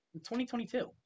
2022